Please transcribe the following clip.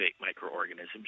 microorganisms